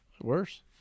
Worse